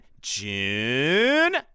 June